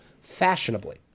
fashionably